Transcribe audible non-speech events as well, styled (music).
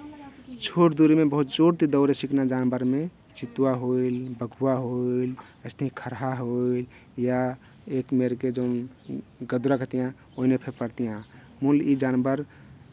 (noise) छोट दुरिमे बाहुत जोरति दौरे सिक्ना जानबरमे चितुवा होइल बघुवा होइल अइस्तहिं खरहा होइल या एक मेरके जउन (hesitation) गदुरा कहतियाँ ओइने फे परतियाँ । मुल यी जानबर